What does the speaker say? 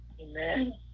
Amen